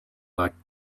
like